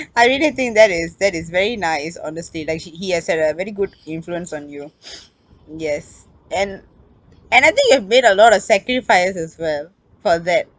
I really think that is that is very nice honestly like she~ he has had a very good influence on you yes and and I think you have made a lot of sacrifice as well for that